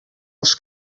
els